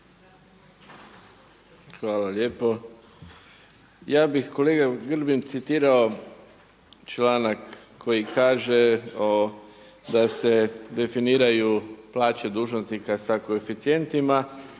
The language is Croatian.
Hvala lijepo. Ja bih kolega Grbin citirao članak koji kaže da se definiraju plaće dužnosnika sa koeficijentima